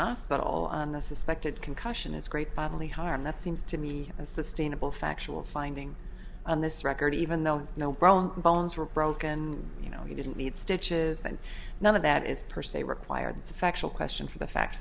hospital on the suspected concussion is great bodily harm that seems to me a sustainable factual finding on this record even though no broken bones were broken you know he didn't need stitches and none of that is per se required that's a factual question for the fact